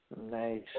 Nice